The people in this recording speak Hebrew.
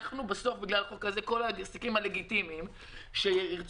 בסוף בגלל החוק הזה כל העסקים הלגיטימיים שירצו